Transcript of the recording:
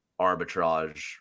arbitrage